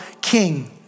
king